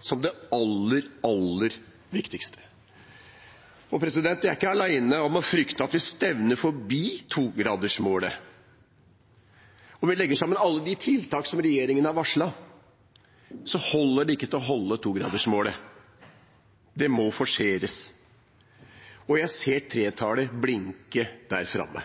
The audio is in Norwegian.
som det aller, aller viktigste. Jeg er ikke alene om å frykte at vi stevner forbi 2-gradersmålet. Om vi legger sammen alle tiltak som regjeringen har varslet, holder det ikke til å overholde 2-gradersmålet. Det må forseres. Jeg ser 3-tallet blinke der framme.